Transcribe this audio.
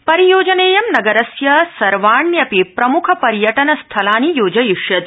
परियोजनर्दी नगरस्य सर्वाण्यपि प्रम्खपर्यटनस्थलानि योजयिष्यति